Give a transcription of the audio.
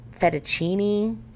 fettuccine